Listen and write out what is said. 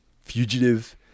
Fugitive